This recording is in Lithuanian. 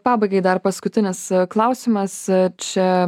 pabaigai dar paskutinis klausimas čia